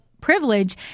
privilege